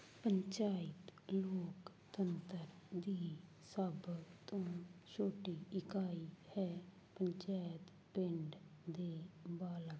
ਪੰਚਾਇਤ ਲੋਕਤੰਤਰ ਦੀ ਸਭ ਤੋਂ ਛੋਟੀ ਇਕਾਈ ਹੈ ਪੰਚਾਇਤ ਪਿੰਡ ਦੇ ਬਾਲਗ